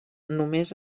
només